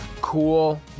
cool